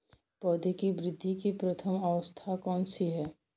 पौधों की वृद्धि की प्रथम अवस्था कौन सी है?